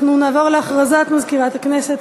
נעבור להודעת מזכירת הכנסת.